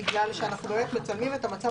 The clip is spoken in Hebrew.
וזה בגלל שאנחנו באמת מצלמים את המצב